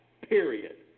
period